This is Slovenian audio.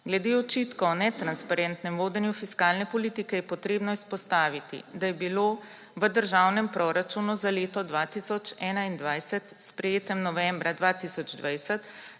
Glede očitkov o netransparentnem vodenju fiskalne politike je treba izpostaviti, da je bilo v državnem proračunu za leto 2021, sprejetem novembra 2020,